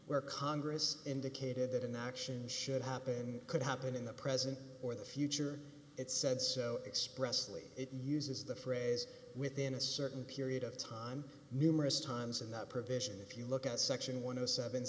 where congress indicated that an action should happen could happen in the present or the future it said so expressly uses the phrase within a certain period of time numerous times and that provision if you look at section one of the seven